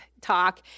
talk